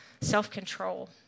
self-control